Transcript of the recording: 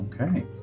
Okay